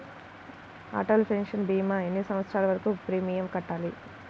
Atal pension భీమా ఎన్ని సంవత్సరాలు వరకు ప్రీమియం కట్టాలి?